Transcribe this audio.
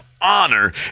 Honor